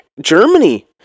Germany